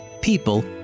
People